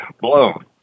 blown